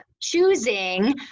Choosing